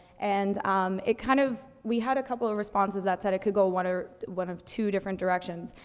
and, um, it kind of we had a couple of responses that said it could go one or one of two different directions.